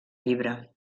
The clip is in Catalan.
llibre